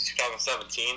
2017